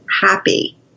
happy